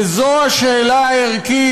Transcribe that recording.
וזו השאלה הערכית,